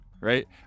right